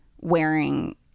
wearing